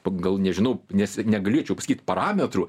pagal nežinau nes negalėčiau sakyt parametrų